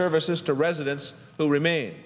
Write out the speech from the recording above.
services to residents who remain